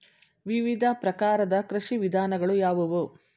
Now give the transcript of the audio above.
ವಿವಿಧ ಪ್ರಕಾರದ ಕೃಷಿ ವಿಧಾನಗಳು ಯಾವುವು?